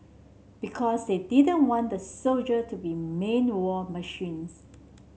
because they didn't want the soldiers to be main war machines